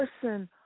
person